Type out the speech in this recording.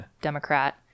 Democrat